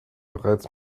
bereits